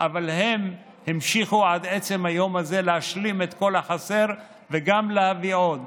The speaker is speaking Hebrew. אבל הם המשיכו עד עצם היום הזה להשלים את כל החסר וגם להביא עוד.